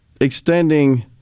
extending